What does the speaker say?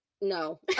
No